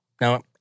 Now